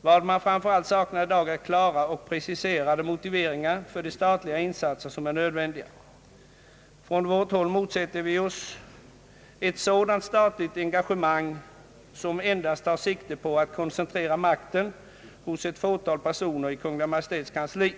Vad man framför allt saknar i dag är klara och preciserade motiveringar för de statliga insatser som är nödvändiga. Från vårt håll motsätter vi oss ett sådant statligt engagemang som endast tar sikte på att koncentrera makten hos ett fåtal personer i Kungl. Maj:ts kansli.